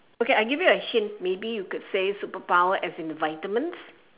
okay I give you a hint maybe you could say superpower as in vitamins